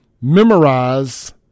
memorize